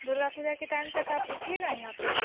दुर्गा पूजा के टाइम तक आप रुकिएगा यहाँ पर